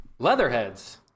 Leatherheads